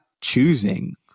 choosing